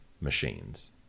machines